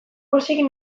pozik